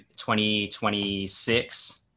2026